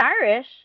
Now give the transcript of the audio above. Irish